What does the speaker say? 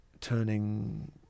turning